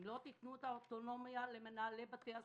אם לא תיתנו את האוטונומיה למנהלי בתי הספר,